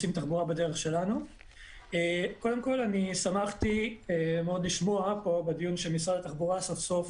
קודם כול שמחתי מאוד לשמוע פה בדיון שמשרד התחבורה עשה סוף